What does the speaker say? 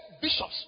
bishops